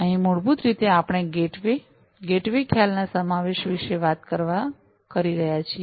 અહીં મૂળભૂત રીતે આપણે ગેટવે ગેટવે ખ્યાલના સમાવેશ વિશે વાત કરી રહ્યા છીએ